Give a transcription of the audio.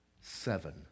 seven